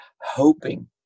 hoping